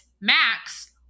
Max